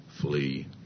flee